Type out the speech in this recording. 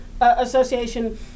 Association